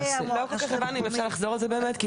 לא כל כך הבנו, אם אפשר לחזור על באמת.